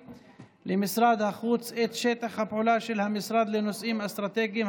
למשרד החוץ את שטח הפעולה של המשרד לנושאים אסטרטגיים,